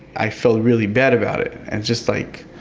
i felt really bad about it. and just like.